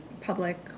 public